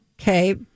okay